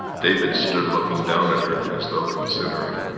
david stood looking down at her as though considering.